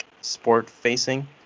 sport-facing